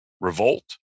revolt